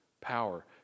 power